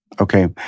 Okay